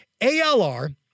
ALR